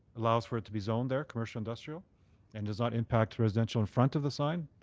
allows for it to be zoned there, commercial industrial and does not impact residential in front of the sign,